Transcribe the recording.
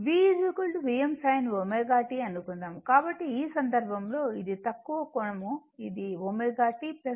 V Vm sin ω tఅనుకుందాం కాబట్టి ఈ సందర్భంలో ఇది తక్కువ కోణం ఇది ω t 0 o